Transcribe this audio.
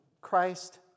Christ